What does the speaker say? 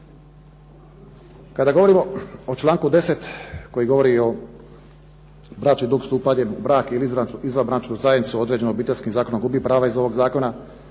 Kada govorimo o članku 10. koji govori o bračni drug stupanjem u brak ili izvanbračnu zajednicu određeno Obiteljskim zakonom gubi prava iz ovog zakona